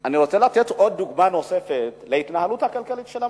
אני רוצה לתת דוגמה נוספת להתנהלות הכלכלית של הממשלה,